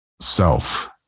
self